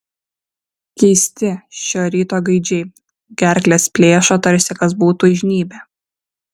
keisti šio ryto gaidžiai gerkles plėšo tarsi kas būtų įžnybę